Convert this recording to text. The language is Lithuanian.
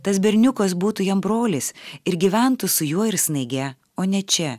tas berniukas būtų jam brolis ir gyventų su juo ir snaige o ne čia